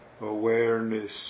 awareness